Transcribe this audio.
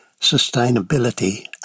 sustainability